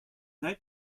that